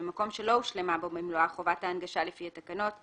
במקום שלא הושלמה בו במלואה חובת ההנגשה לפי התקנות,